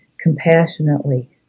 compassionately